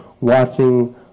watching